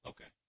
Okay